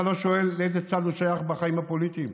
אתה לא שואל לאיזה צד הוא שייך בחיים הפוליטיים.